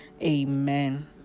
amen